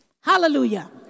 Hallelujah